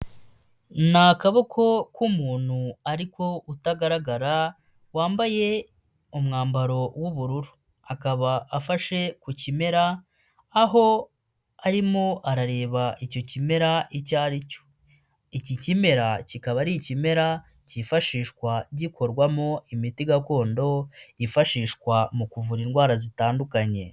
N’akaboko k'umuntu ariko utagaragara wambaye umwambaro w'ubururu, akaba afashe ku kimera aho arimo arareba icyo kimera icyo ari cyo. Iki kimera kikaba ari ikimera cyifashishwa gikorwamo imiti gakondo, yifashishwa mu kuvura indwara zitandukanye.